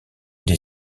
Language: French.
des